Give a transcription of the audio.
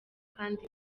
kandi